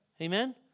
Amen